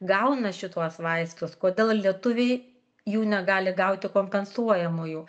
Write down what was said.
gauna šituos vaistus kodėl lietuviai jų negali gauti kompensuojamųjų